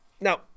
Now